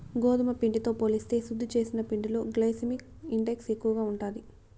గోధుమ పిండితో పోలిస్తే శుద్ది చేసిన పిండిలో గ్లైసెమిక్ ఇండెక్స్ ఎక్కువ ఉంటాది